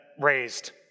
raised